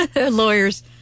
lawyers